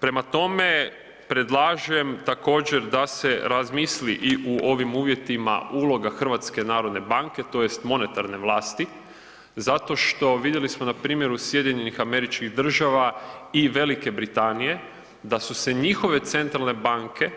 Prema tome, predlažem također da se razmisli i u ovim uvjetima uloga HNB-a tj. monetarne vlasti, zato što vidjeli smo na primjeru SAD-a i Velike Britanije da su se njihove centralne banke